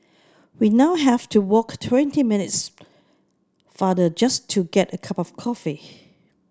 we now have to walk twenty minutes farther just to get a cup of coffee